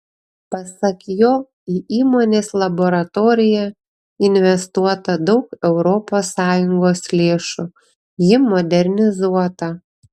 pasak jo į įmonės laboratoriją investuota daug europos sąjungos lėšų ji modernizuota